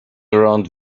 around